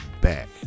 back